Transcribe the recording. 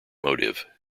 motive